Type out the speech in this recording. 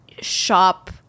shop